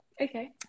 okay